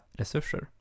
resurser